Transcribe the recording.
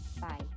Bye